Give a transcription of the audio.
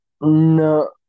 no